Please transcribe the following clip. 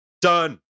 Done